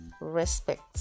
respect